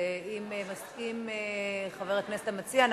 אם חבר הכנסת המציע מסכים,